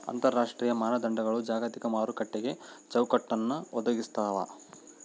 ಅಂತರರಾಷ್ಟ್ರೀಯ ಮಾನದಂಡಗಳು ಜಾಗತಿಕ ಮಾರುಕಟ್ಟೆಗೆ ಚೌಕಟ್ಟನ್ನ ಒದಗಿಸ್ತಾವ